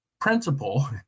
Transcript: principle